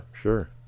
sure